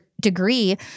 degree